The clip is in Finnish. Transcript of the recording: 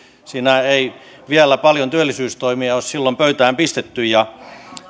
siinä ei vielä paljon työllisyystoimia ole silloin pöytään pistetty